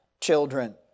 children